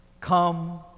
Come